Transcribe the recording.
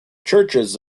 churches